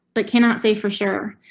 but cannot say for sure.